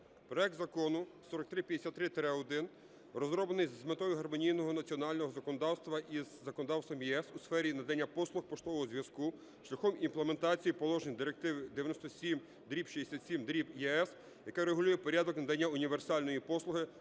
проект Закону 4353-1 розроблений з метою гармонізації національного законодавства із законодавством ЄС у сфері надання послуг поштового зв'язку шляхом імплементації положень Директиви 97/67/ЄС, яка регулює порядок надання універсальної послуги,